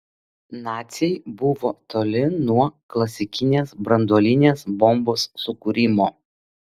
naciai buvo toli nuo klasikinės branduolinės bombos sukūrimo